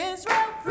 Israel